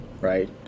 right